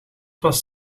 was